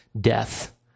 death